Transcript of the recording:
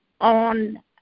on